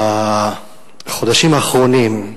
בחודשים האחרונים,